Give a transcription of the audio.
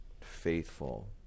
faithful